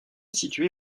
située